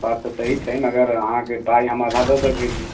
बात तऽ सही छै मगर अहाँके पाइ हम आधा दऽ सकै छी